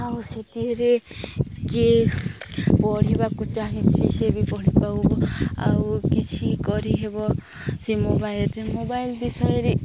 ଆଉ ସେଥିରେ କିଏ ପଢ଼ିବାକୁ ଚାହିଛି ସେ ବି ପଢ଼ିବ ଆଉ ଆଉ କିଛି କରିହେବ ସେ ମୋବାଇଲ୍ରେ ମୋବାଇଲ୍ ବିଷୟରେ